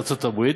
בארה"ב,